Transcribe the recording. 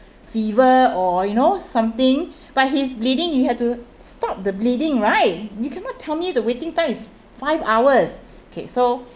fever or you know something but he's bleeding you have to stop the bleeding right you cannot tell me the waiting time is five hours okay so